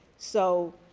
so,